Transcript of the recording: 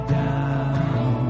down